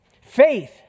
Faith